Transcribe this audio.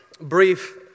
brief